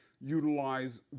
utilize